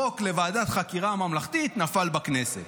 החוק לוועדת חקירה ממלכתית נפל בכנסת.